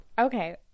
Okay